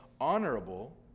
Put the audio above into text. honorable